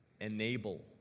enable